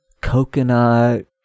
coconut